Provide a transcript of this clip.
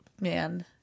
Man